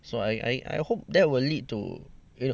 so I I I hope that will lead to you know